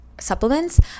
supplements